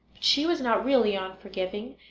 she was not really unforgiving,